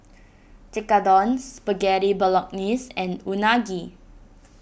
Tekkadon Spaghetti Bolognese and Unagi